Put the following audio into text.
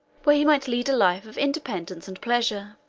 where he might lead a life of independence and pleasure.